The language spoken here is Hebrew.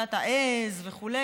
בשיטת העז וכו',